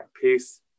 Peace